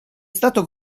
stato